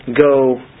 go